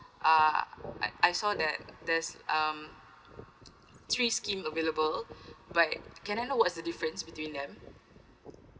ah I I saw that there's um three scheme available but can I know what's the difference between them